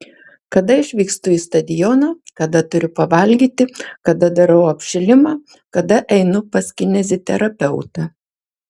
kada išvykstu į stadioną kada turiu pavalgyti kada darau apšilimą kada einu pas kineziterapeutą